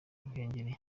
ruhengeli